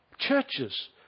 churches